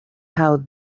how